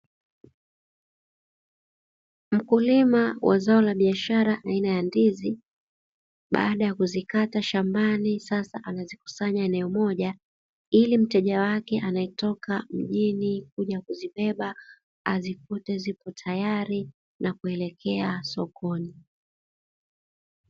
Mkulima wa zao la biashara aina ya ndizi, baada ya kuzikata shambani sasa amezikusanya eneo moja ili mteja wake anaetoka mjini kuja kuzibeba azikute zipo tayari na kuelekea sokoni.